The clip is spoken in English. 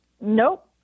Nope